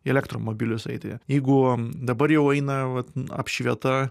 į elektromobilius eiti jeigu dabar jau eina vat apšvieta